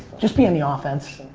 just be on the offense.